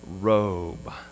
robe